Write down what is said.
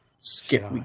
Skip